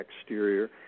exterior